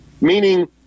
meaning